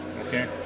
Okay